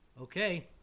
Okay